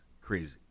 crazy